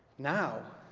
now,